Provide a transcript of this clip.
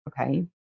okay